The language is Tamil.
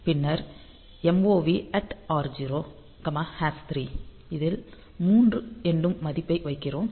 பின்னர் MOV r0 3 இதில் 3 என்னும் மதிப்பை வைக்கிறோம்